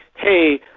hey,